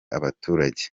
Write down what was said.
abaturage